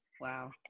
Wow